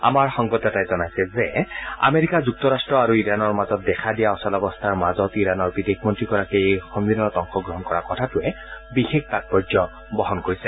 আমাৰ সংবাদদাতাই জনাইছে যে আমেৰিকা যুক্তৰাট্ট আৰু ইৰাণৰ মাজত দেখা দিয়া অচলাৱস্থাৰ মাজতে ইৰাণৰ বিদেশ মন্ত্ৰীগৰাকীয়ে এই সন্মিলনত অংশগ্ৰহণ কৰা কথাটোৱে বিশেষ তাৎপৰ্য বহন কৰিছে